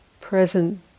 present